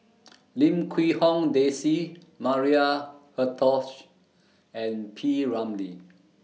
Lim Quee Hong Daisy Maria Hertogh and P Ramlee